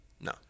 No